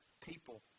people